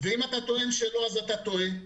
ואם אתה טוען שלא אתה טועה.